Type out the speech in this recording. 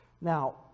Now